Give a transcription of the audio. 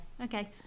okay